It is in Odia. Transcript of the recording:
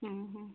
ହୁଁ ହୁଁ